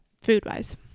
Food-wise